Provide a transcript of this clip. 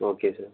okay sir